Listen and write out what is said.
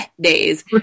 days